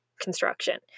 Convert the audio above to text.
construction